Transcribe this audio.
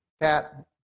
Pat